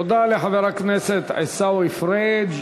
תודה לחבר הכנסת עיסאווי פריג'.